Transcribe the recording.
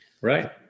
right